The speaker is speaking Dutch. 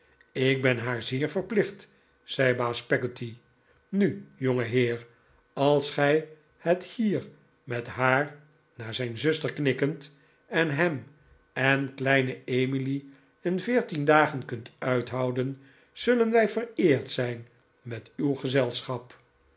ik ben haar zeer verplicht zei baas peggotty nu jongeheer als gij het hier met haar naar zijn zuster knikkend en ham en kleine emily een veertien dagen kunt uithouden zullen wij vereerd zijn met uw gezelschap